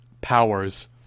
powers